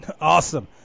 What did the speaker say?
Awesome